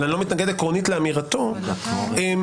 אבל אני לא מתנגד עקרונית לאמירתו שעצם